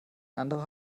anderer